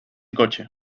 coche